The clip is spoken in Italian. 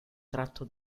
tratto